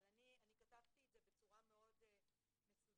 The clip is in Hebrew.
אבל אני כתבתי את זה בצורה מאוד מסודרת.